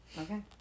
Okay